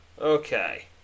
Okay